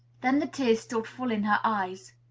then the tears stood full in her eyes.